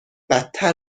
بدتر